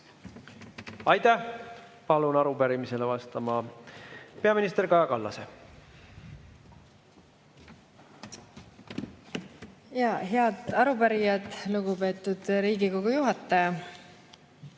Aitäh! Palun arupärimisele vastama peaminister Kaja Kallase. Head arupärijad! Lugupeetud Riigikogu juhataja!